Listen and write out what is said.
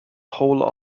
whole